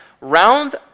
round